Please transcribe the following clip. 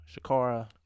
Shakara